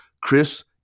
Chris